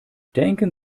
denken